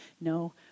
no